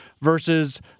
versus